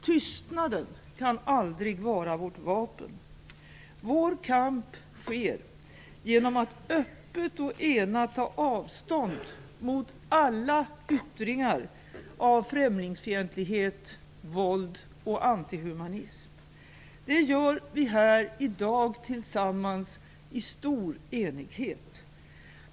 Tystnaden kan aldrig vara vårt vapen. Vår kamp sker genom att öppet och enat ta avstånd från alla yttringar av främlingsfientlighet, våld och antihumanism. Det gör vi här i dag tillsammans i stor enighet.